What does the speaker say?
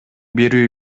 берүү